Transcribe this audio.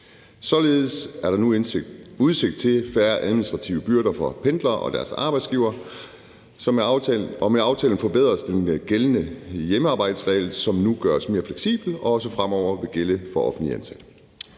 Således er der nu udsigt til færre administrative byrder for pendlere og deres arbejdsgivere, og med aftalen forbedres den gældende hjemmearbejdsregel, som nu gøres mere fleksibel og også fremover vil gælde for offentligt ansatte.